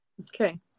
okay